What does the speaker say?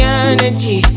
energy